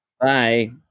Bye